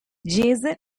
jason